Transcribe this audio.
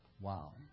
Wow